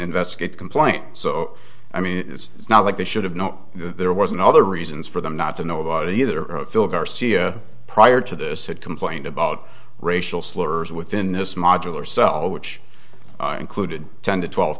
investigate complaint so i mean it's not like they should have know there wasn't other reasons for them not to know about it either phil garcia prior to this had complained about racial slurs within this modular cell which included ten to twelve